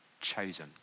chosen